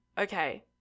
okay